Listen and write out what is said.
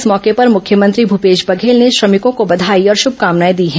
इस मौके पर मुख्यमंत्री भूपेश बघेल ने श्रमिकों को बघाई और शुभकामनाएं दी हैं